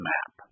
Map